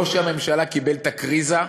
שראש הממשלה קיבל את הקריזה,